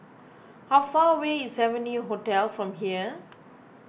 how far away is Venue Hotel from here